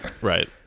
Right